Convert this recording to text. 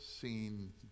Seen